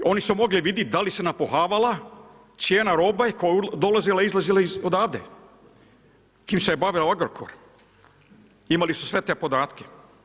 Oni su mogli vidjeti da li se napuhavala cijena robe koja je dolazila, izlazila odavde, čim se bavio Agrokor, imali su sve te podatke.